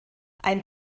ein